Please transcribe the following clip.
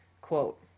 Quote